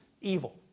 evil